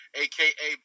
aka